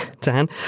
Dan